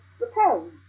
repels